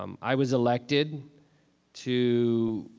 um i was elected to